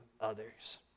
others